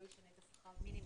לא ישנה את שכר המינימום.